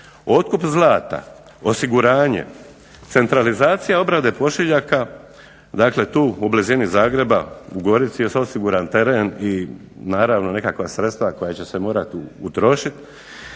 Otkup zlata, osiguranje, centralizacija obrade pošiljaka, dakle tu u blizini Zagreba, u Gorici je osiguran teren i naravno neka sredstva koja će se morat utrošit,